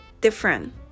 Different